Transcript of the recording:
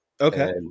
Okay